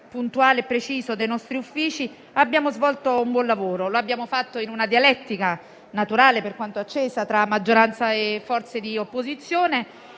puntuale e preciso dei nostri Uffici, abbiamo svolto un buon lavoro. Lo abbiamo fatto in una dialettica, naturale per quanto accesa, tra maggioranza e forze di opposizione